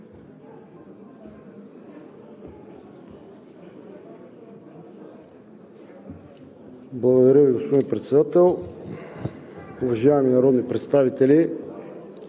Благодаря Ви, господин Председател. Уважаеми народни представители,